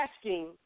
asking